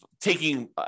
taking